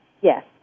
Yes